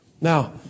Now